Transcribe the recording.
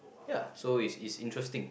ya so is interesting